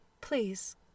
Please